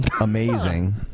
amazing